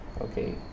Okay